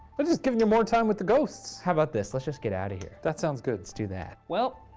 but just giving you more time with the ghosts. how about this, let's just get out of here. that sounds good. let's do that. well.